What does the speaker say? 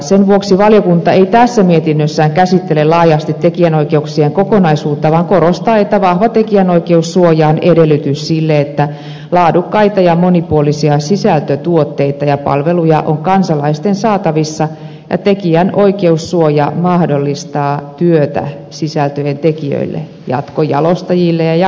sen vuoksi valiokunta ei tässä mietinnössään käsittele laajasti tekijänoikeuksien kokonaisuutta vaan korostaa että vahva tekijänoikeussuoja on edellytys sille että laadukkaita ja monipuolisia sisältötuotteita ja palveluja on kansalaisten saatavissa ja tekijänoikeussuoja mahdol listaa työtä sisältöjen tekijöille jatkojalostajille ja jakelijoille